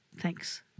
thanks